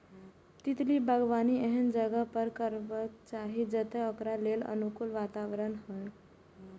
तितली बागबानी एहन जगह पर करबाक चाही, जतय ओकरा लेल अनुकूल वातावरण होइ